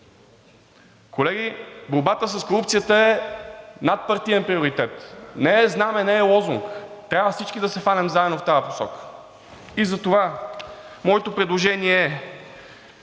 Колеги, борбата с корупцията е надпартиен приоритет. Не е знаме, не е лозунг, трябва всички да се хванем заедно в тази посока. И затова моето предложение,